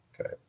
Okay